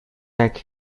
back